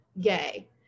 Gay